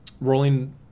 rolling